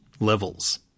levels